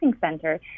center